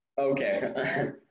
Okay